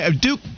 Duke